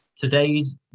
Today's